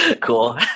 Cool